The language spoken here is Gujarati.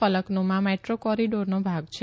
ફલકનુમાં મેદ્રો કોરીડોરનો ભાગ છે